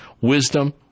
wisdom